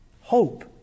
Hope